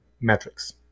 metrics